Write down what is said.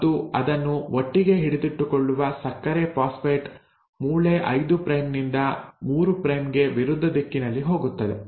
ಮತ್ತು ಅದನ್ನು ಒಟ್ಟಿಗೆ ಹಿಡಿದಿಟ್ಟುಕೊಳ್ಳುವ ಸಕ್ಕರೆ ಫಾಸ್ಫೇಟ್ ಮೂಳೆ 5 ಪ್ರೈಮ್ ನಿಂದ 3 ಪ್ರೈಮ್ ಗೆ ವಿರುದ್ಧ ದಿಕ್ಕಿನಲ್ಲಿ ಹೋಗುತ್ತದೆ